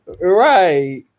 Right